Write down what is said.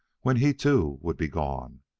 when he, too, would be gone,